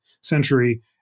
century